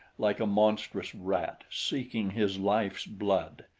like a monstrous rat, seeking his life's blood.